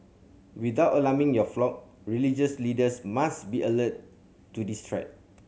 without alarming your flock religious leaders must be alert to this threat